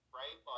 right